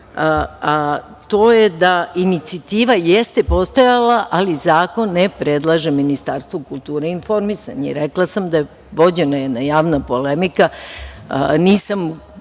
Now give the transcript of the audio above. dijalog. Inicijativa jeste postojala, ali zakon ne predlaže Ministarstvo kulture i informisanja. Rekla sam da je vođena jedan javna polemika.